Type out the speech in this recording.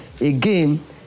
Again